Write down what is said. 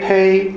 bait